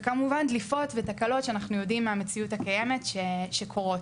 וכמובן דליפות ותקלות שאנחנו יודעים מה המציאות הקיימת שקורות.